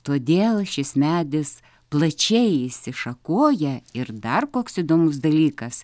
todėl šis medis plačiai išsišakoja ir dar koks įdomus dalykas